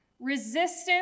Resistance